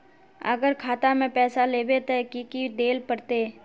अगर खाता में पैसा लेबे ते की की देल पड़ते?